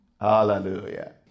Hallelujah